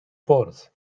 bwrdd